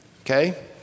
okay